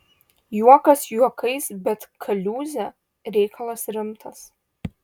juokas juokais bet kaliūzė reikalas rimtas